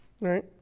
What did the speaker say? right